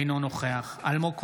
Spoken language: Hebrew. אינו נוכח אלמוג כהן,